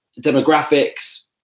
demographics